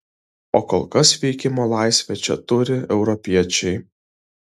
o kol kas veikimo laisvę čia turi europiečiai